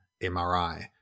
MRI